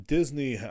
Disney